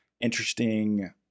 interesting